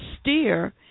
steer